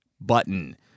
button